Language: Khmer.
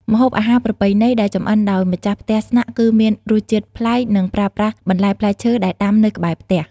ម្ហូបអាហារប្រពៃណីដែលចម្អិនដោយម្ចាស់ផ្ទះស្នាក់ គឺមានរសជាតិប្លែក និងប្រើប្រាស់បន្លែផ្លែឈើដែលដាំនៅក្បែរផ្ទះ។